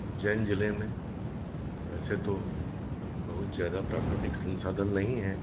उज्जैन जिले में वैसे तो बहुत ज्यादा प्राकृतिक संसाधन नहीं हैं